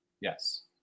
Yes